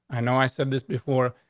i know i said this before,